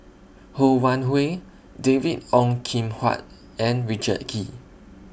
Ho Wan Hui David Ong Kim Huat and Richard Kee